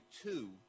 two